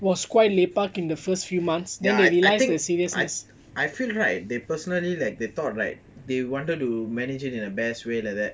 ya I think I I feel right they personally like they thought like they wanted to manage it in the best way like that